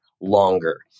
longer